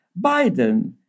Biden